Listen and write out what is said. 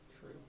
True